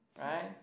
Right